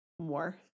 more